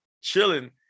chilling